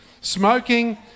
smoking